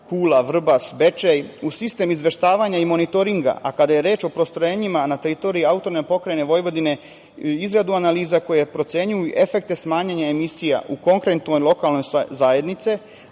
Kula, Vrbas, Bečej u sistem izveštavanja i monitoringa. Kada je reč o postrojenjima na teritoriji AP Vojvodine, izradu analiza koje procenjuju efekte smanjenja emisija u konkretnoj lokalnoj zajednici,